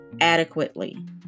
adequately